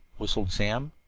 whistled slim.